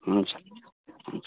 हुन्छ हुन्छ हुन्छ